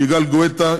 יגאל גואטה,